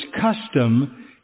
custom